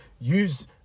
use